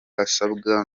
asabwa